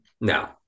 no